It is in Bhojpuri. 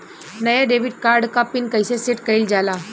नया डेबिट कार्ड क पिन कईसे सेट कईल जाला?